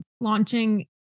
Launching